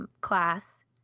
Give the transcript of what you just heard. class